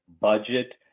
budget